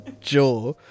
jaw